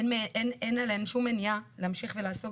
אין עליהן שום מניעה להמשיך ולעסוק